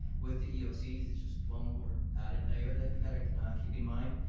with the eocs, it's just one more added layer that you gotta keep in mind.